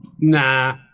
Nah